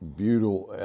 butyl